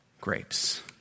grapes